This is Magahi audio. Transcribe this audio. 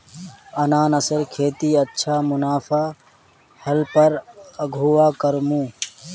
अनन्नासेर खेतीत अच्छा मुनाफा ह ल पर आघुओ करमु